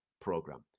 program